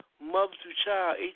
mother-to-child